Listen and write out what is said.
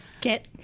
get